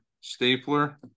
stapler